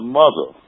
mother